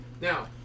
Now